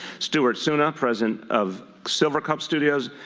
stewart suna, president of silvercup studios,